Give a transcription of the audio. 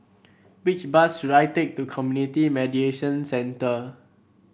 which bus should I take to Community Mediation Center